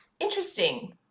interesting